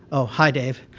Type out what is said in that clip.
oh hi dave.